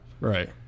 Right